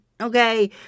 okay